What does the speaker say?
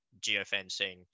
geofencing